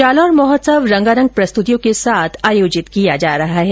जालौर महोत्सव रंगारंग प्रस्तुतियों के साथ आयोजित किया जा रहा है